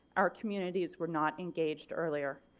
our communities were not engaged earlier.